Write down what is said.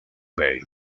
bey